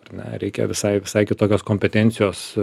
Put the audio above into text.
ar ne reikia visai visai kitokios kompetencijos